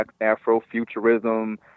Afro-futurism